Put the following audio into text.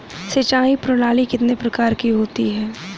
सिंचाई प्रणाली कितने प्रकार की होती हैं?